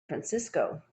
francisco